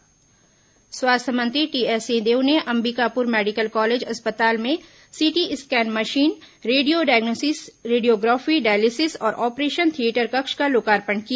Singhdeo Ambikapur medical college स्वास्थ्य मंत्री TS Singhdeo ने अंबिकापुर मेडिकल कॉलेज अस्पताल में CT scan machine radio diagnosis radiography dialysis और ऑपरेशन थियेटर कक्ष का लोकार्पण किया